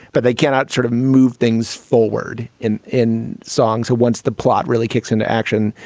but they cannot sort of move things forward in in songs once the plot really kicks into action,